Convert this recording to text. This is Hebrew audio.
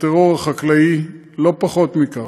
טרור חקלאי, לא פחות מכך,